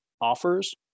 offers